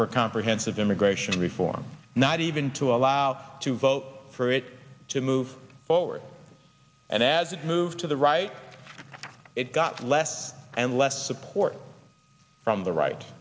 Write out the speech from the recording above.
for comprehensive immigration reform not even to allow to vote for it to move forward and as it moved to the right it got less and less support from the right